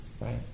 right